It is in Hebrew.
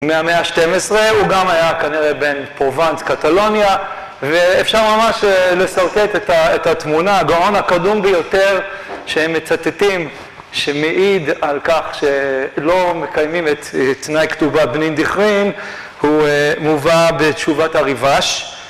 מהמאה השתים עשרה הוא גם היה כנראה בין פרובנס קטלוניה ואפשר ממש לשרטט את התמונה הגאון הקדום ביותר שהם מצטטים שמעיד על כך שלא מקיימים את תנאי כתובה בנין דיכרין הוא מובא בתשובת הריבש